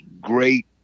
great